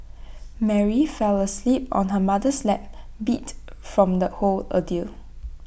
Mary fell asleep on her mother's lap beat from the whole ordeal